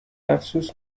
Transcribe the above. افسوس